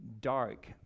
dark